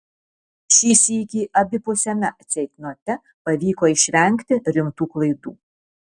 šį sykį abipusiame ceitnote pavyko išvengti rimtų klaidų